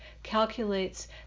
calculates